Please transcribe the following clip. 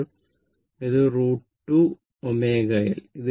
അപ്പോൾ ഇത് √ 2 ω L